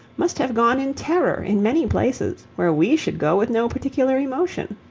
must have gone in terror in many places where we should go with no particular emotion.